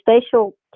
spatial